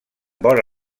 vora